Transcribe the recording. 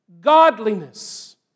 Godliness